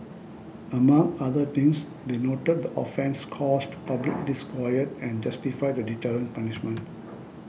among other things they noted the offence caused public disquiet and justified a deterrent punishment